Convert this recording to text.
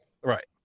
right